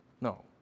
No